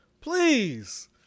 please